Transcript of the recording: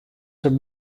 from